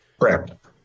Correct